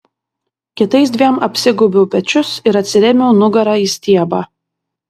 kitais dviem apsigaubiau pečius ir atsirėmiau nugara į stiebą